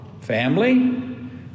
Family